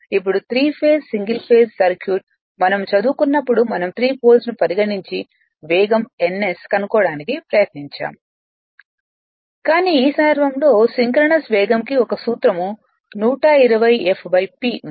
ఇప్పుడుత్రి phase single phase circuit మనం చదువుకున్నప్పుడు మనం 3 పోల్స్ ను పరిణించి వేగం ns కనుగొనడానికి ప్రయత్నించాము కానీ ఈ సందర్భంలో సింక్రోనస్ వేగం కి ఒక సూత్రం 120 f P ఉంది